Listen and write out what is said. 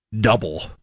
double